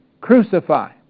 Crucify